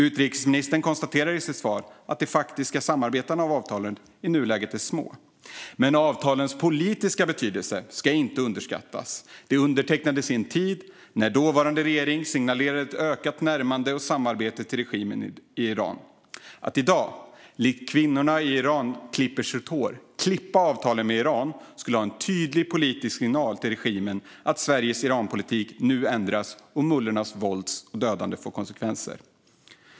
Utrikesministern konstaterar i sitt svar att de faktiska samarbetena i avtalen i nuläget är små. Men avtalens politiska betydelse ska inte underskattas. De undertecknades i en tid när dåvarande regering signalerade ett ökat närmande till och samarbete med regimen i Iran. Att i dag, liksom kvinnorna i Iran klipper sitt hår, klippa avtalen med Iran skulle vara en tydlig politisk signal till regimen att Sveriges Iranpolitik nu ändras och att mullornas våld och dödande får konsekvenser.